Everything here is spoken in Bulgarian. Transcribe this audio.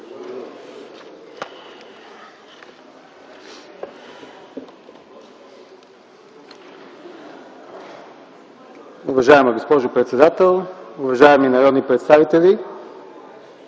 Уважаема госпожо председател, уважаеми народни представители,